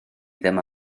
ddim